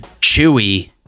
Chewie